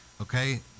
Okay